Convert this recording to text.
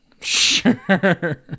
Sure